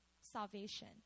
salvation